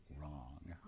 Wrong